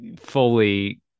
fully